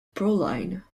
proline